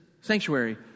sanctuary